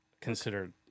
considered